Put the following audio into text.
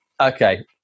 Okay